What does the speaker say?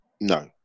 no